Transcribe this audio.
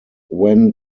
when